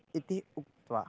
इति उक्त्वा